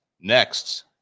Next